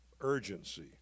urgency